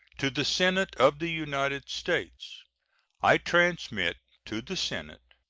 to the senate of the united states i transmit to the senate,